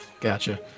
Gotcha